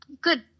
good